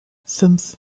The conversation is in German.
fünf